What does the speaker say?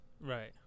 Right